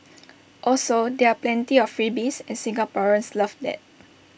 also there are plenty of freebies and Singaporeans love that